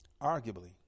Arguably